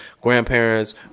grandparents